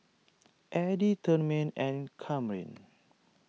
Eddy Tremaine and Kamryn